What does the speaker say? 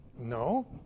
No